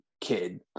kid